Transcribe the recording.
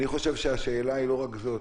אני חושב שהשאלה היא לא רק זאת.